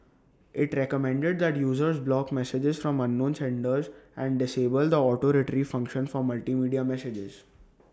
IT recommended that users block messages from unknown senders and disable the auto Retrieve function for multimedia messages